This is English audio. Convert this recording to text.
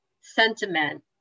sentiment